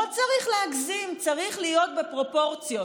לא צריך להגזים, צריך להיות בפרופורציות.